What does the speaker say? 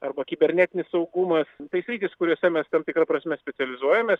arba kibernetinis saugumas tai sritys kuriose mes tam tikra prasme specializuojamės